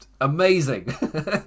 Amazing